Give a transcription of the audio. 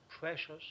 precious